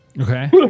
Okay